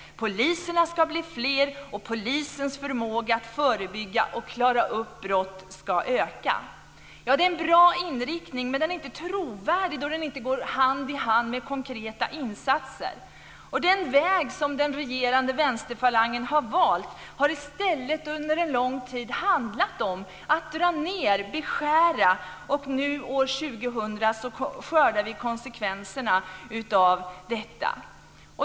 Poliserna ska bli fler, och polisens förmåga att förebygga och klara upp brott ska öka. Ja, det är en bra inriktning, men den är inte trovärdig då den inte går hand i hand med konkreta insatser. Den väg den regerande vänsterfalangen har valt har i stället under en lång tid handlat om att dra ned och beskära. Nu år 2000 skördar vi konsekvenserna av detta.